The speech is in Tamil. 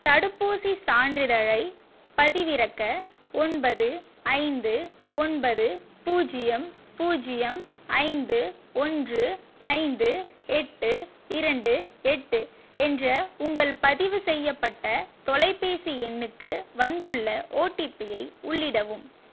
தடுப்பூசிச் சான்றிதழைப் பதிவிறக்க ஒன்பது ஐந்து ஒன்பது பூஜ்ஜியம் பூஜ்ஜியம் ஐந்து ஒன்று ஐந்து எட்டு இரண்டு எட்டு என்ற உங்கள் பதிவு செய்யப்பட்ட தொலைபேசி எண்ணுக்கு வந்துள்ள ஓடிபியை உள்ளிடவும்